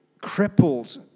crippled